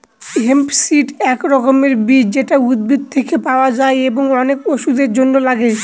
hemp seed এক রকমের বীজ যেটা উদ্ভিদ থেকে পাওয়া যায় এবং অনেক ওষুধের জন্য লাগে